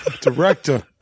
director